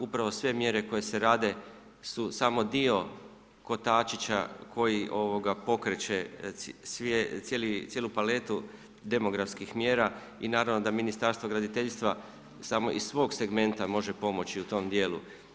Upravo sve mjere koje se rade su samo dio kotačića koji pokreće cijelu paletu demografskih mjera i naravno da Ministarstvo graditeljstva samo iz svog segmenta može pomoći u tom dijelu.